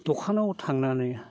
दखानाव थांनानै